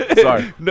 Sorry